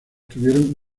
tuvieron